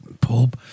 pub